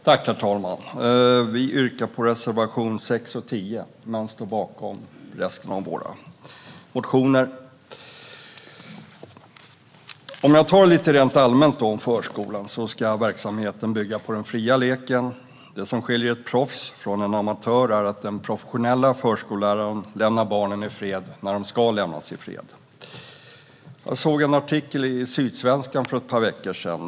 Herr talman! Jag yrkar bifall till reservationerna 6 och 10, men vi står givetvis bakom resten av våra motioner och reservationer. Jag ska tala lite allmänt om förskolan. Verksamheten ska bygga på den fria leken. Det som skiljer ett proffs från en amatör är att den professionella förskolläraren lämnar barnen i fred när de ska lämnas i fred. Jag såg en artikel i Sydsvenskan för ett par veckor sedan.